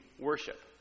worship